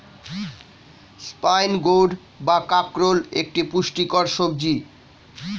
spine gourd বা কাঁকরোল একটি পুষ্টিকর সবজি